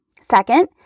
Second